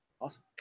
Awesome